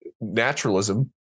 naturalism